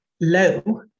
low